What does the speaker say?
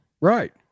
Right